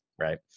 right